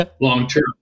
long-term